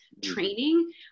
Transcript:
training